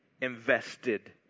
invested